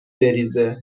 بریزه